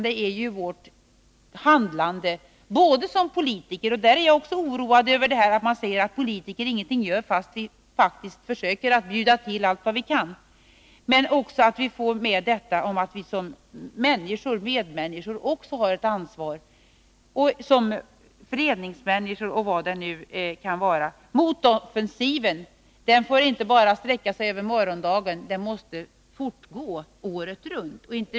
Det gäller vårt handlande. Jag är oroad över att man säger att politikerna ingenting gör, fast vi faktiskt bjuder till allt vad vi kan. Men vi är inte bara politiker. Vi har också ett ansvar som medmänniskor, föreningsmänniskor och vad det nu kan vara. Motoffensiven får inte bara sträcka sig över morgondagen, den måste fortgå året runt.